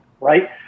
Right